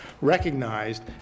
recognized